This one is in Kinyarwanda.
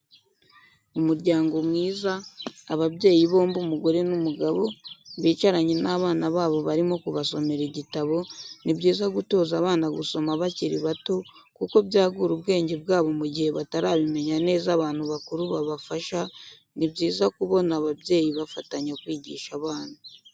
Umuryango mwiza ababyeyi bombi umugore n'umugabo bicaranye n'abana babo barimo kubasomera igitabo, ni byiza gutoza abana gusoma bakiri bato kuko byagura ubwenge bwabo mu gihe batarabimenya neza abantu bakuru babafasha, ni byiza kubona ababyeyi bafatanya kwigisha abana.